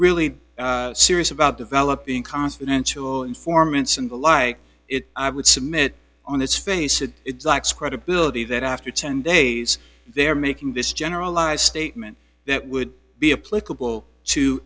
really serious about developing confidential informants and the like it i would submit on its face it likes credibility that after ten days they're making this generalized statement that would be a political to